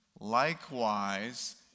Likewise